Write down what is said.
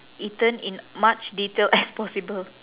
eaten in much detail as possible